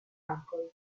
alcol